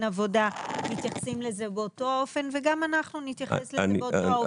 עבודה מתייחסים לזה באותו אופן וגם אנחנו נתייחס לזה באותו האופן.